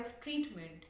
treatment